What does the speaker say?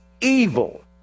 evil